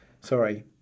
sorry